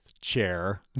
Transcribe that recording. chair